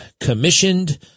commissioned